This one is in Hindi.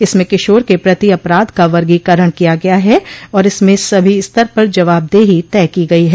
इसमें किशोर के प्रति अपराध का वर्गीकरण किया गया है और इसमें सभी स्तर पर जवाबदही तय की है